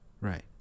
Right